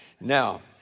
Now